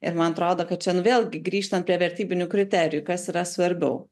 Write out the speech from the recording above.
ir man atrodo kad čia nu vėlgi grįžtant prie vertybinių kriterijų kas yra svarbiau